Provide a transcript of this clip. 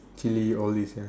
chill all these ya